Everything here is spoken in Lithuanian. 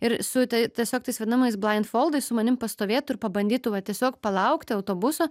ir su tai tiesiog tais vadinamais blaindfoldais su manim pastovėtų ir pabandytų va tiesiog palaukti autobuso